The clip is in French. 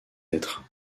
êtres